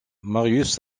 marius